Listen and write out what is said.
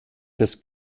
des